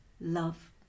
love